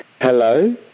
Hello